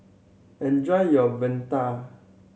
enjoy your vadai